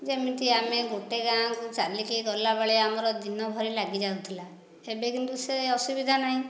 ଯେମିତି ଆମେ ଗୋଟିଏ ଗାଁକୁ ଚାଲିକି ଗଲା ବେଳେ ଆମର ଦିନଭରି ଲାଗିଯାଉଥିଲା ଏବେ କିନ୍ତୁ ସେ ଅସୁବିଧା ନାହିଁ